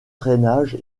drainage